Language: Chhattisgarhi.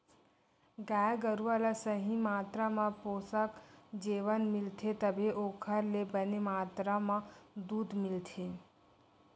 गाय गरूवा ल सही मातरा म पोसक जेवन मिलथे तभे ओखर ले बने मातरा म दूद मिलथे